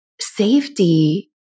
Safety